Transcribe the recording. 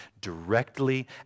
directly